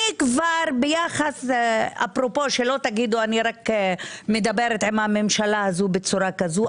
אני יחס - אפרופו שלא תגידו שאני מדברת עם הממשלה הזו בצורה כזו,